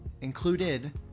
included